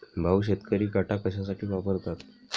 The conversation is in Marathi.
भाऊ, शेतकरी काटा कशासाठी वापरतात?